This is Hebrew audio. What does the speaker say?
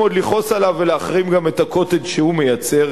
עוד לכעוס עליו ולהחרים גם את ה"קוטג'" שהוא מייצר,